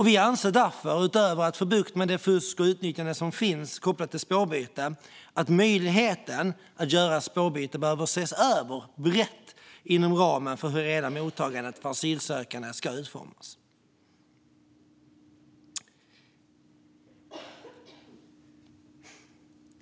Vi anser därför att utöver att få bukt med det fusk och utnyttjande som finns kopplat till spårbyte behöver möjligheten att göra spårbyte ses över brett inom ramen för hur hela mottagandet av asylsökande ska utformas.